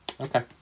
Okay